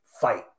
fight